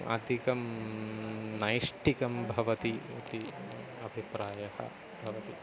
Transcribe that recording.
अधिकं नैष्ठिकं भवति इति अभिप्रायः भवति